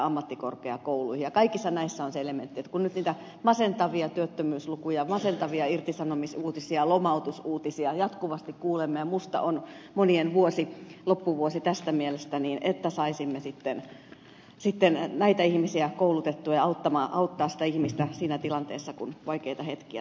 ja kaikissa näissä on se elementti kun nyt niitä masentavia työttömyyslukuja masentavia irtisanomisuutisia lomautusuutisia jatkuvasti kuulemme ja musta on monien loppuvuosi tässä mielessä että saisimme sitten näitä ihmisiä koulutettua ja autettua sitä ihmistä siinä tilanteessa kun vaikeita hetkiä tulee